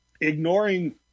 ignoring